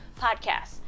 podcasts